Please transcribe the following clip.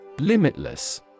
Limitless